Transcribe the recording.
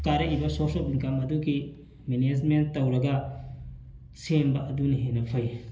ꯀꯥꯔꯛꯏꯕ source of income ꯑꯗꯨꯒꯤ management ꯇꯧꯔꯒ ꯁꯦꯝꯕ ꯑꯗꯨꯅ ꯍꯦꯟꯅ ꯐꯩ